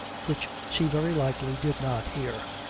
which she very likely did not hear.